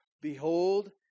Behold